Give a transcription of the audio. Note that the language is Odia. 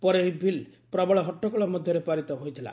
ପରେ ଏହି ବିଲ୍ ପ୍ରବଳ ହଟ୍ଟଗୋଳ ମଧ୍ଧରେ ପାରିତ ହୋଇଥିଲା